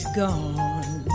gone